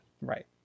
right